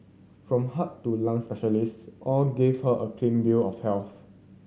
from heart to lung specialist all give her a clean bill of health